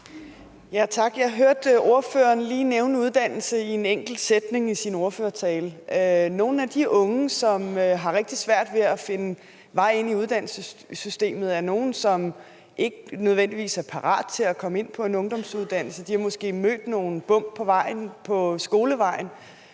Jeg hørte, at ordføreren lige nævnte uddannelse i en enkelt sætning i sin ordførertale. Nogle af de unge, som har rigtig svært ved at finde vej ind i uddannelsessystemet, er nogle, som ikke nødvendigvis er parat til at komme ind på en ungdomsuddannelse. De har måske mødt nogle bump på skolevejen,